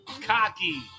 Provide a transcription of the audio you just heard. Cocky